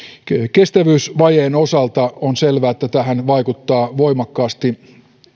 kestävyysvajeen osalta on selvää että tähän vaikuttaa voimakkaasti